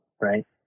right